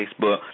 Facebook